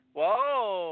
Whoa